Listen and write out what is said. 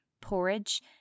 Porridge